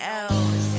else